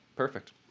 Perfect